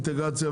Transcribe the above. אינטגרציה,